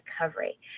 recovery